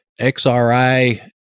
XRI